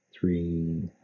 Three